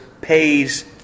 pays